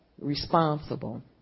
responsible